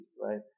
right